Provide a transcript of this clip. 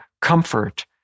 comfort